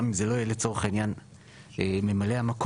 גם אם זה לא יהיה לצורך העניין ממלא המקום,